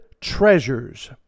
treasures